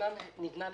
שנבנה לשנים.